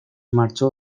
marchó